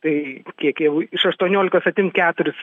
tai kiek jau iš aštuoniolikos atimt keturis